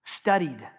studied